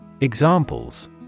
Examples